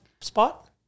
spot